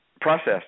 processed